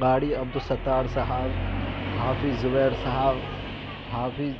گاڑی عبدالستطار صاحب حافیظ زبیر صاحب حافیظ